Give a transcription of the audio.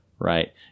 Right